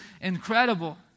incredible